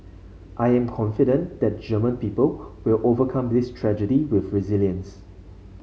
I am confident that the German people will overcome this tragedy with resilience